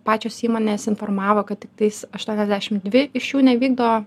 pačios įmonės informavo kad tiktais aštuoniasdešim dvi iš jų nevykdo